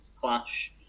clash